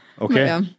Okay